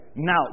Now